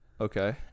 Okay